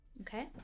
Okay